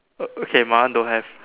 err oh okay my one don't have